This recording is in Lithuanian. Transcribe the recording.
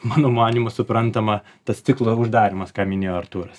mano manymu suprantama tas ciklo uždarymas ką minėjo artūras